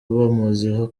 bamuziho